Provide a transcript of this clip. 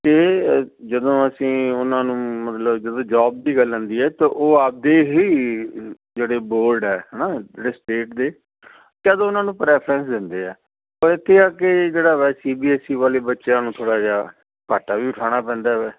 ਅਤੇ ਜਦੋਂ ਅਸੀਂ ਉਹਨਾਂ ਨੂੰ ਮਤਲਬ ਜਦੋਂ ਜੋਬ ਦੀ ਗੱਲ ਆਉਂਦੀ ਹੈ ਤਾਂ ਉਹ ਆਪਦੇ ਹੀ ਜਿਹੜੇ ਬੋਰਡ ਹੈ ਹੈ ਨਾ ਜਿਹੜੇ ਸਟੇਟ ਦੇ ਕਹਿ ਦਓ ਉਹਨਾਂ ਨੂੰ ਪ੍ਰੈਫਰਸ ਦਿੰਦੇ ਹੈ ਉਹ ਇੱਥੇ ਆ ਕੇ ਜਿਹੜਾ ਹੈ ਸੀ ਬੀ ਐਸ ਈ ਵਾਲੇ ਬੱਚਿਆਂ ਨੂੰ ਥੋੜ੍ਹਾ ਜਿਹਾ ਘਾਟਾ ਵੀ ਖਾਣਾ ਪੈਂਦਾ ਹੈ